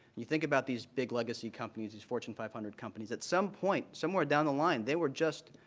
you think about these big legacy companies, these fortune five hundred companies, at some point somewhere down the line they were just,